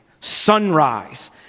sunrise